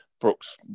Brooks